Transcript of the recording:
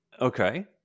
Okay